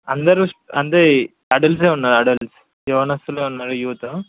అందరూ అంటే అడల్ట్సే ఉన్నారు అడల్ట్స్ యవనస్తులే ఉన్నారు యూతు